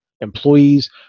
employees